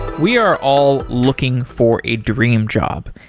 we are all looking for a dream job.